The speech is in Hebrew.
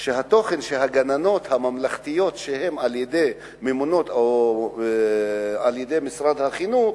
התוכן שהגננות הממלכתיות שממונות על-ידי משרד החינוך,